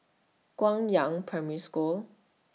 Guangyang Primary School